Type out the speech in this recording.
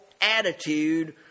attitude